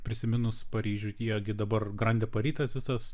prisiminus paryžių jie gi dabar grande pari tas visas